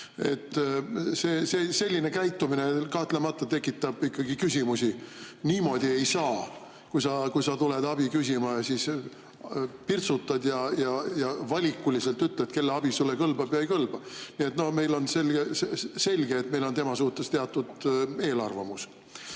või? Selline käitumine kahtlemata tekitab küsimusi. Niimoodi ei saa, et sa tuled abi küsima, aga siis pirtsutad ja valikuliselt ütled, kelle abi sulle kõlbab ja kelle abi ei kõlba. Nii et on selge, et meil on tema suhtes teatud eelarvamus.